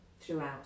throughout